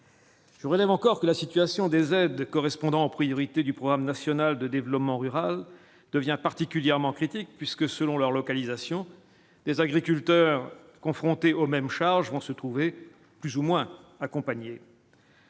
Je relève encore que la situation des aides correspondant en priorité du programme national de développement rural devient particulièrement critique puisque selon leur localisation, des agriculteurs, confrontés aux mêmes charges vont se trouver plus ou moins accompagné.